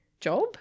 job